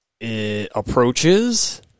approaches